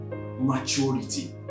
maturity